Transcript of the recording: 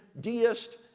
deist